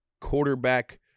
quarterback